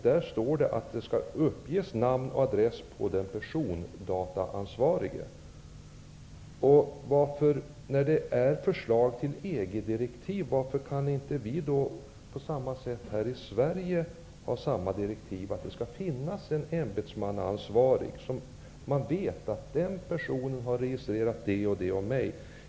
Där står det att det skall uppges namn och adress på den persondataansvarige. När förslagen till EG-direktiv är sådana, varför kan vi då inte här i Sverige ha samma direktiv om att det skall finnas en ämbetsmannaansvarig? Då vet jag att den personen har registrerat olika saker om mig.